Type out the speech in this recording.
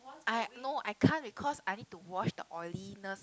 I no I can't because I need to wash the oiliness